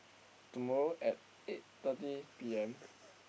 tomorrow at eight thirty P_M